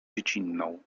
dziecinną